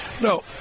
No